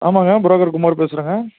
ஆமாங்க புரோக்கர் குமார் பேசுகிறேங்க